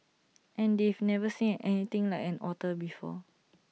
and they've never seen anything like an otter before